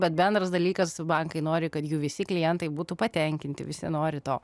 bet bendras dalykas bankai nori kad jų visi klientai būtų patenkinti visi nori to